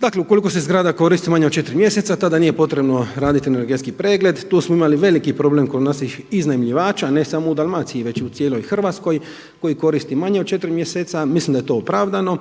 Dakle, ukoliko se zgrada koristi manje od 4 mjeseca, tada nije potrebno raditi energetski pregled. Tu smo imali veliki problem kod naših iznajmljivača, ne samo u Dalmaciji već i u cijeloj Hrvatskoj koji koristi manje od 4 mjeseca. Mislim da je to opravdano,